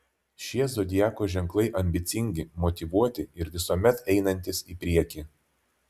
šie zodiako ženklai ambicingi motyvuoti ir visuomet einantys į priekį